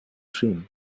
trim